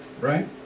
Right